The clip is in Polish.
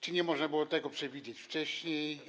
Czy nie można było tego przewidzieć wcześniej?